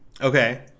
okay